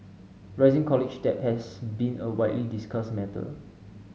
rising college debt has been a widely discussed matter